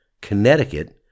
Connecticut